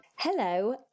Hello